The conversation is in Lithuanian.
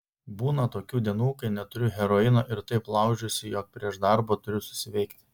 būna tokių dienų kai neturiu heroino ir taip laužiuosi jog prieš darbą turiu susiveikti